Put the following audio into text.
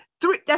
three